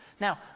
Now